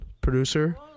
producer